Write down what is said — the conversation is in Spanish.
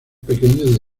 pequeño